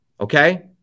Okay